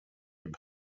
نمی